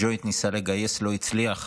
הג'וינט ניסה לגייס, לא הצליח.